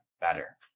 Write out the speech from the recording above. better